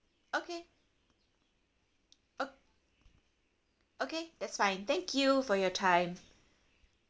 okay o~ okay that's fine thank you for your time